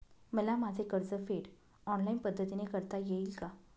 मला माझे कर्जफेड ऑनलाइन पद्धतीने करता येईल का?